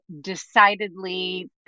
decidedly